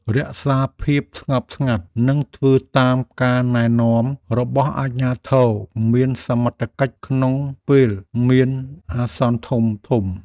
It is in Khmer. រក្សាភាពស្ងប់ស្ងាត់និងធ្វើតាមការណែនាំរបស់អាជ្ញាធរមានសមត្ថកិច្ចក្នុងពេលមានអាសន្នធំៗ។